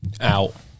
Out